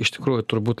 iš tikrųjų turbūt